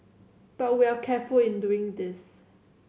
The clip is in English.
but we are careful in doing this